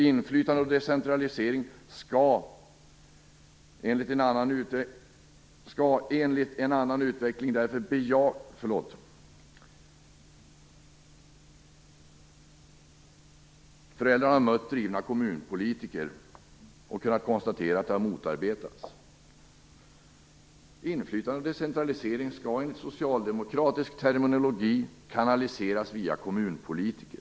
Inflytande och decentralisering skall enligt socialdemokratisk terminologi kanaliseras via kommunpolitiker.